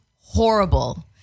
horrible